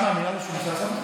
את מאמינה לו שהוא ניסה, ברור.